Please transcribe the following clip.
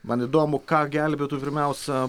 man įdomu ką gelbėtų pirmiausia